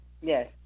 Yes